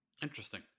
Interesting